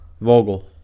Vogel